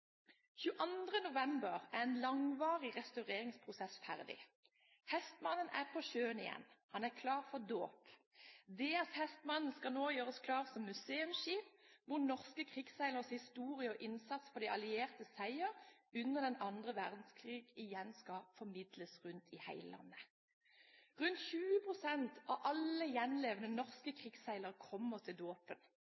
november er en langvarig restaureringsprosess ferdig. «Hestmanden» er på sjøen igjen og klar for dåp. DS «Hestmanden» skal nå gjøres klart som museumsskip, hvor norske krigsseileres historie og innsats for de alliertes seier under annen verdenskrig igjen skal formidles rundt i hele landet. Rundt 20 pst. av alle gjenlevende norske